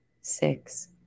six